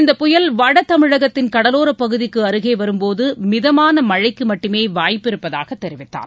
இந்தப் புயல் வட தமிழகத்தின் கடலோரப்பகுதிக்கு அருகே வரும்போது மிதமான மழைக்கு மட்டுமே வாய்ப்பு இருப்பதாக தெரிவித்தார்